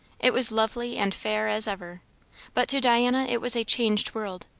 it was lovely and fair as ever but to diana it was a changed world.